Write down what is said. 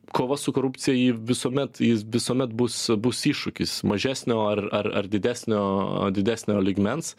kova su korupcija ji visuomet jis visuomet bus bus iššūkis mažesnio ar ar ar didesnio didesnio lygmens